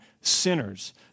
sinners